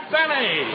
Benny